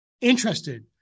interested